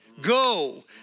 Go